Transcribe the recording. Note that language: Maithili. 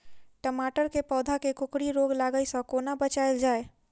टमाटर केँ पौधा केँ कोकरी रोग लागै सऽ कोना बचाएल जाएँ?